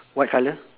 white colour